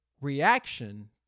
reaction